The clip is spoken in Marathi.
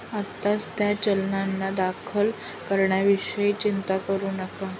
आत्ताच त्या चलनांना दाखल करण्याविषयी चिंता करू नका